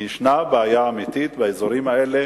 אלא כי יש בעיה אמיתית באזורים האלה